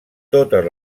totes